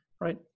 right